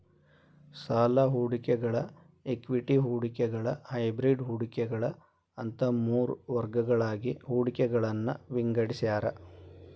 ಸಾಲ ಹೂಡಿಕೆಗಳ ಇಕ್ವಿಟಿ ಹೂಡಿಕೆಗಳ ಹೈಬ್ರಿಡ್ ಹೂಡಿಕೆಗಳ ಅಂತ ಮೂರ್ ವರ್ಗಗಳಾಗಿ ಹೂಡಿಕೆಗಳನ್ನ ವಿಂಗಡಿಸ್ಯಾರ